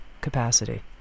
capacity